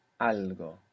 algo